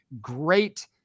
great